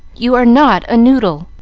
you are not a noodle!